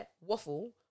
waffle